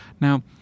Now